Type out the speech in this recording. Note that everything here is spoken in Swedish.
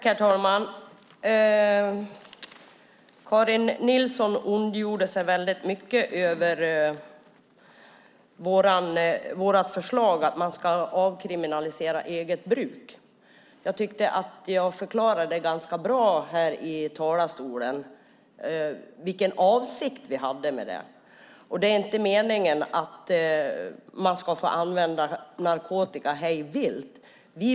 Herr talman! Karin Nilsson ondgjorde sig mycket över vårt förslag att eget bruk ska avkriminaliseras. Jag tyckte att jag i talarstolen förklarade ganska bra vilken avsikt vi hade med det, och meningen är inte att man ska få använda narkotika hej vilt.